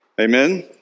Amen